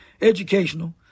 educational